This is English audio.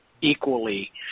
equally